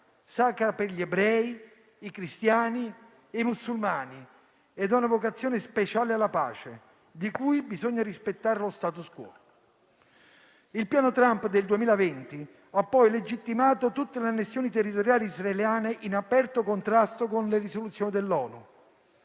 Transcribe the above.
sacra per gli ebrei, i cristiani e i musulmani e ha una vocazione speciale alla pace, di cui bisogna rispettare lo *status quo*. Il piano Trump del 2020 ha poi legittimato tutte le annessioni territoriali israeliane, in aperto contrasto con le risoluzioni dell'ONU.